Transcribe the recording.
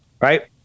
Right